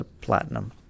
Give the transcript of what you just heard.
platinum